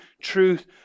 truth